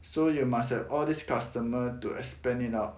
so you must have all this customer to expand it out